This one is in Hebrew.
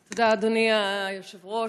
תודה, אדוני היושב-ראש.